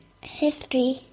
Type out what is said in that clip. History